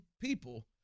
people